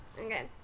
Okay